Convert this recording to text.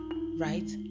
right